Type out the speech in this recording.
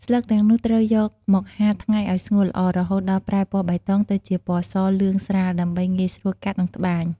ស្លឹកទាំងនោះត្រូវយកមក ហាលថ្ងៃឲ្យស្ងួតល្អ រហូតដល់ប្រែពណ៌បៃតងទៅជាពណ៌សលឿងស្រាល ដើម្បីងាយស្រួលកាត់ និងត្បាញ។